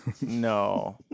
no